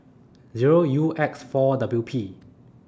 Zero U X four W P